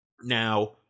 Now